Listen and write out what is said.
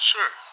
Sure